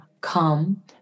come